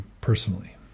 personally